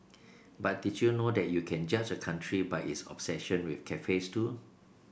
but did you know that you can judge a country by its obsession with cafes too